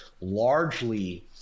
largely